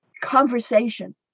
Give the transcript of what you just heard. conversation